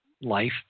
life